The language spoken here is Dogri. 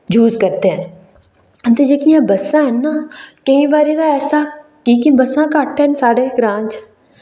यूज करदे न ते जेह्कियां बस्सां हैन ना केईं बारी तां ऐसा की के बस्सां घट्ट न साढ़े ग्रां च